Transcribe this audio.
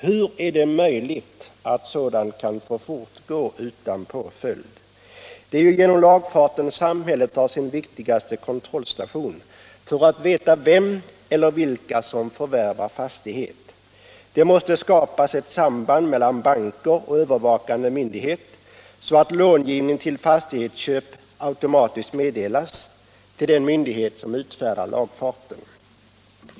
Hur är det möjligt att sådant kan få fortgå utan påföljd? Det är genom lagfarten samhället har sin viktigaste kontrollstation för att veta vem eller vilka som förvärvar fastighet. Det måste'skapas ett samband mellan banker och övervakande myndighet, så att långivning till fastighetsköp automatiskt meddelas till den myndighet som utfärdar lagfarten.